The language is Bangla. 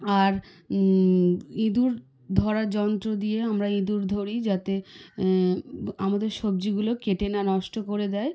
আর ইঁদুর ধরার যন্ত্র দিয়ে আমরা ইঁদুর ধরি যাতে আমাদের সবজিগুলো কেটে না নষ্ট করে দেয়